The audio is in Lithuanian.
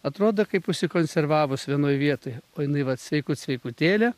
atrodo kaip užsikonservavus vienoj vietoj o jinai vat sveikut sveikutėlė